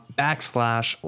backslash